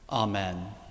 Amen